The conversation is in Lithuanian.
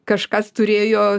kažkas turėjo